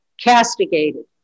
castigated